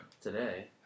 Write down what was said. Today